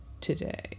today